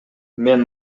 мен